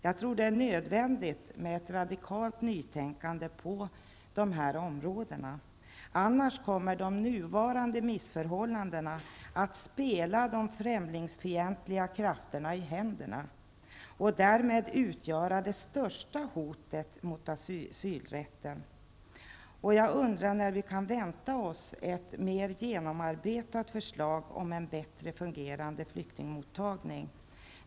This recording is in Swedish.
Jag tror att det är nödvändigt med ett radikalt nytänkande på dessa områden. Annars kommer de nuvarande missförhållandena att spela de främlingsfientliga krafterna i händerna, och därmed utgöra det största hotet mot asylrätten. Jag undrar när vi kan vänta oss ett mer genomarbetat förslag om en bättre fungerande flyktingmottagning.